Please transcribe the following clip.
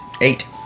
eight